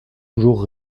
toujours